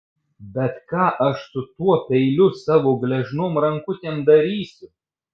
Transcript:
bet ką aš su tuo peiliu savo gležnom rankutėm darysiu